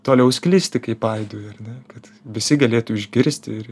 toliau sklisti kaip aidui ar ne kad visi galėtų išgirsti ir